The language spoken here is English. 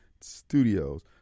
Studios